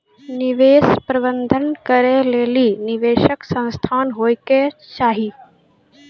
निवेश प्रबंधन करै लेली निवेशक संस्थान होय के चाहि